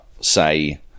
say